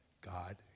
God